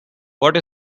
what